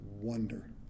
wonder